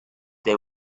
they